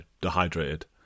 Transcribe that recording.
dehydrated